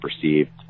perceived